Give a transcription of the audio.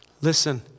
Listen